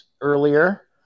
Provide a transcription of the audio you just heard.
earlier